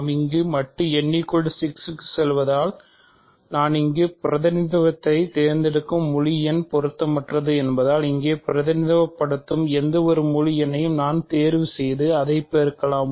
நாம் இங்கு மட்டு n6 க்குச் செல்வதால் நான் இங்கு பிரதிநிதித்துவப்படுத்தத் தேர்ந்தெடுக்கும் முழு எண் பொருத்தமற்றது என்பதால் இங்கே பிரதிநிதித்துவப்படுத்தும் எந்த முழு எண்ணையும் நான் தேர்வுசெய்து அதைப் பெருக்கலாம்